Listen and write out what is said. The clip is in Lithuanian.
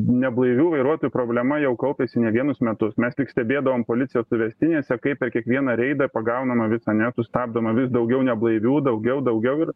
neblaivių vairuotojų problema jau kaupėsi ne vienus metus mes tik stebėdavome policijos suvestinėse kaip per kiekvieną reidą pagaunama visą ane nesustabdoma vis daugiau neblaivių daugiau daugiau ir